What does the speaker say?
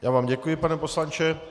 Já vám děkuji, pane poslanče.